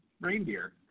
reindeer